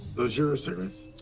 those your cigarettes?